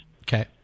Okay